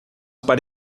para